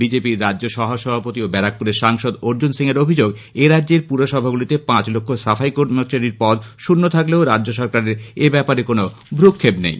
বিজেপির রাজ্য সহ সভাপতি ও ব্যারাকপুরের সাংসদ অর্জন সিং অভিযোগ করেছেন এরাজ্যের পুরসভাগুলির পাঁচ লক্ষ সাফাই কর্মচারীর পদ শণ্য থাকলেও রাজ্য সরকারের এব্যাপারে কোনো ভ্রুক্ষেপ নেই